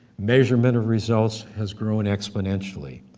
measuremental results, has grown exponentially.